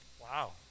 Wow